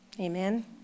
Amen